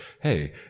hey